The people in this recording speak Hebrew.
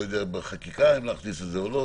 אני לא יודע אם להכניס את זה בחקיקה או לא,